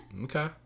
Okay